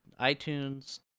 iTunes